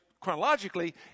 chronologically